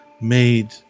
made